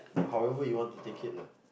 however you want to take it lah